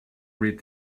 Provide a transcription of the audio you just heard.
read